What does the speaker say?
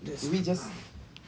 maybe just